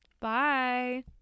Bye